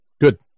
Good